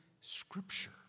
Scripture